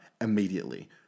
immediately